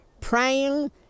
praying